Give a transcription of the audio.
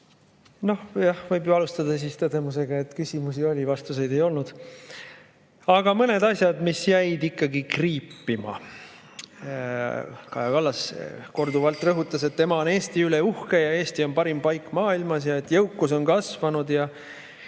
Noh, võib ju alustada tõdemusega, et küsimusi oli, vastuseid ei olnud. Aga mõned asjad jäid ikkagi kriipima. Kaja Kallas rõhutas korduvalt, et tema on Eesti üle uhke, Eesti on parim paik maailmas ja jõukus on kasvanud,